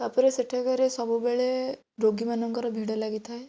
ତାପରେ ସେଠାକାରେ ସବୁବେଳେ ରୋଗୀ ମାନଙ୍କର ଭିଡ଼ ଲାଗିଥାଏ